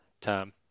term